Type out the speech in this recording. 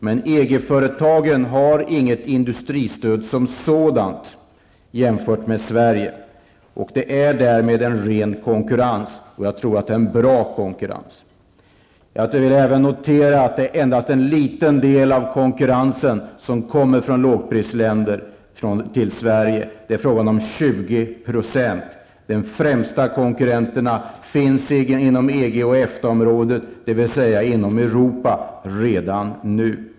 Men EG-företagen har inget industristöd som sådant jämfört med Sverige. Det är därmed en ren konkurrens. Jag tror att det är en bra konkurrens. Jag vill även notera att det endast är en liten del av konkurrensen i Sverige som kommer från lågprisländer. Det är fråga om 20 %. De främsta konkurrenterna finns inom EG och EFTA området, dvs. inom Europa, redan nu.